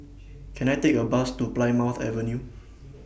Can I Take A Bus to Plymouth Avenue